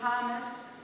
Thomas